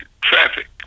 traffic